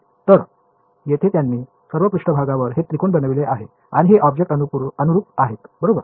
तर येथे त्यांनी सर्व पृष्ठभागावर हे त्रिकोण बनविले आहेत आणि हे ऑब्जेक्टला अनुरुप आहेत बरोबर